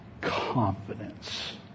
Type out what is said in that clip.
confidence